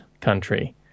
country